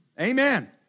Amen